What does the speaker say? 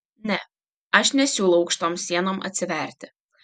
ne aš nesiūlau aukštom sienom atsitverti